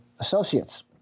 associates